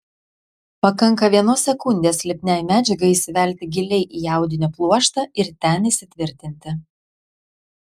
pakanka vienos sekundės lipniai medžiagai įsivelti giliai į audinio pluoštą ir ten įsitvirtinti